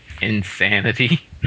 insanity